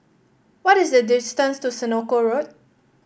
what is the distance to Senoko Road